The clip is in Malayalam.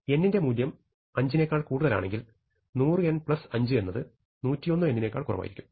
n ന്റെ മൂല്യം 5 നേക്കാൾ കൂടുതലാണെങ്കിൽ 100n5 എന്നത് 101n നേക്കാൾ കുറവായിരിക്കും